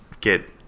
get